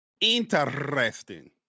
interesting